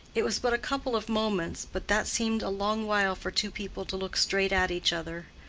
it was but a couple of moments, but that seemed a long while for two people to look straight at each other.